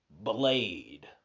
Blade